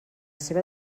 seva